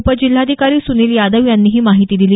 उपजिल्हाधिकारी सुनील यादव यांनी ही माहिती दिली